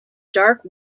dark